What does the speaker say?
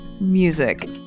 music